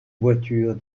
voiture